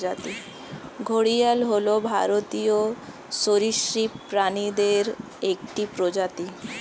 ঘড়িয়াল হল ভারতীয় সরীসৃপ প্রাণীদের একটি প্রজাতি